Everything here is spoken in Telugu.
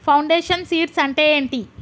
ఫౌండేషన్ సీడ్స్ అంటే ఏంటి?